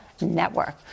Network